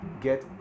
get